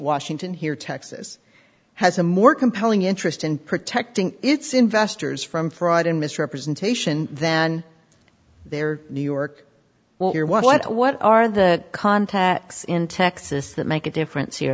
washington here texas has a more compelling interest in protecting its investors from fraud and misrepresentation than they are new york what your what what are the contacts in texas that make a difference here